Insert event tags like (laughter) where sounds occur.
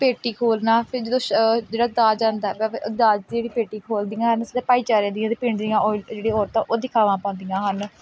ਪੇਟੀ ਖੋਲ੍ਹਣਾ ਫਿਰ ਜਦੋਂ ਸ ਜਿਹੜਾ ਦਾਜ ਆਉਂਦਾ (unintelligible) ਦਾਜ ਦੀ ਜਿਹੜੀ ਪੇਟੀ ਖੋਲ੍ਹਦੀਆਂ ਹਨ ਉਸਦੇ ਭਾਈਚਾਰੇ ਦੀਆਂ ਅਤੇ ਪਿੰਡ ਦੀਆਂ ਔਰਤਾਂ ਜਿਹੜੀਆਂ ਔਰਤਾਂ ਉਹ ਦਿਖਾਵਾ ਪਾਉਂਦੀਆਂ ਹਨ